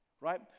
right